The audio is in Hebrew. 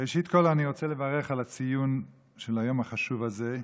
ראשית, אני רוצה לברך על הציון של היום החשוב הזה,